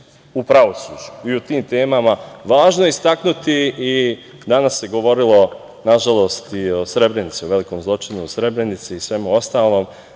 u pravosuđu i u tim temama važno je istaknuti i danas se govorilo, nažalost i o Srebrenici, o velikom zločinu u Srebrenici i svemu ostalom,